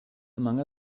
among